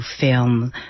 film